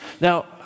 Now